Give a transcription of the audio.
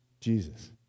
Jesus